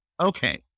okay